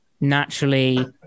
naturally